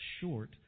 short